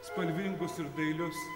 spalvingus ir dailius